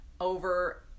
Over